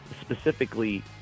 specifically